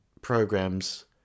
programs